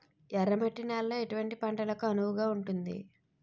ఎర్ర మట్టి నేలలో ఎటువంటి పంటలకు అనువుగా ఉంటుంది?